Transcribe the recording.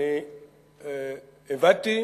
אני הבאתי